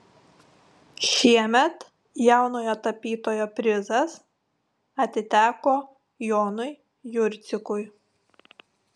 šiemet jaunojo tapytojo prizas atiteko jonui jurcikui